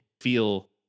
feel